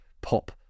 pop